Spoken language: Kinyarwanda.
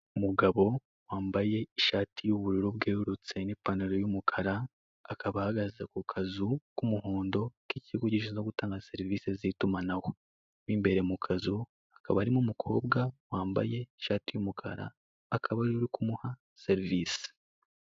Umugabo wambaye ishati y'ubururu bwererutse n'ipantaro y'umukara, akaba ahagaze ku kazu k'umuhondo k'ikigo gishinzwe gutanga serivisi z'itumanaho. Mo imbere mu kazu, hakaba harimo umukobwa wambaye ishati y'umukara, akaba ari we uri kumuha serivisi.